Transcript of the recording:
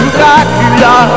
Dracula